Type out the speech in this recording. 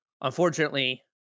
Unfortunately